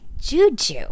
Juju